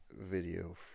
video